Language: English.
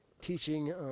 teaching